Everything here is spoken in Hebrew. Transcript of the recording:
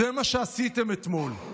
זה מה שעשיתם אתמול.